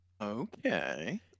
Okay